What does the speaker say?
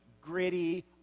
gritty